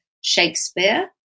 Shakespeare